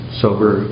sober